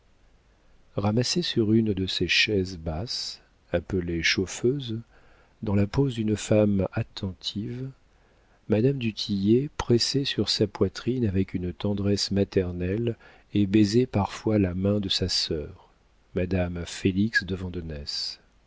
ramassée sur une de ces chaises basses appelées chauffeuses dans la pose d'une femme attentive madame du tillet pressait sur sa poitrine avec une tendresse maternelle et baisait parfois la main de sa sœur madame félix de